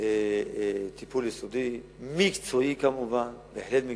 טיפול יסודי, מקצועי כמובן, בהחלט מקצועי,